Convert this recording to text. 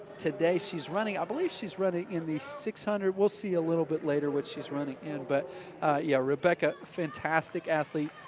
today she's running, i believe she's running in the six hundred we'll see a little bit later what she's running in, but yeah, rebekah fantastic athlete,